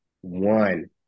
one